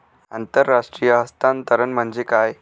आंतरराष्ट्रीय हस्तांतरण म्हणजे काय?